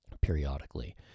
periodically